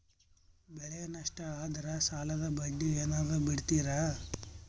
ಬೆಳೆ ನಷ್ಟ ಆದ್ರ ಸಾಲದ ಬಡ್ಡಿ ಏನಾದ್ರು ಬಿಡ್ತಿರಾ?